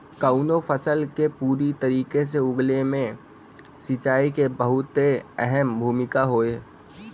कउनो फसल के पूरी तरीके से उगले मे सिंचाई के बहुते अहम भूमिका हौ